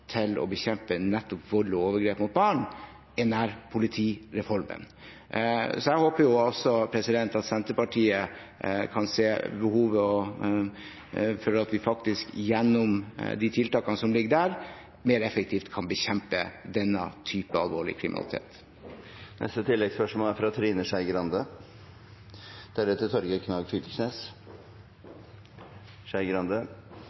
til å bekjempe nettopp vold og overgrep mot barn, er nærpolitireformen. Så jeg håper jo også at Senterpartiet kan se behovet for at vi faktisk gjennom de tiltakene som ligger der, mer effektivt kan bekjempe denne typen alvorlig kriminalitet.